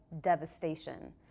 devastation